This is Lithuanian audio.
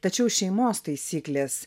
tačiau šeimos taisyklės